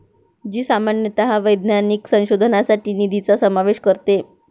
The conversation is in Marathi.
जी सामान्यतः वैज्ञानिक संशोधनासाठी निधीचा समावेश करते